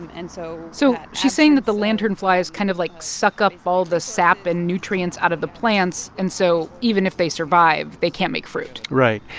and so. so she's saying that the lanternflies kind of, like, suck up all the sap and nutrients out of the plants. and so even if they survive, they can't make fruit right.